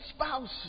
spouse